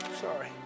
Sorry